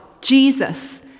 Jesus